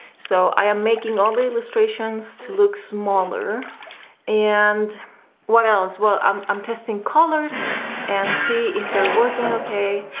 so i am making all the illustrations to look smaller and what else well i'm um testing colors and see if they're working okay?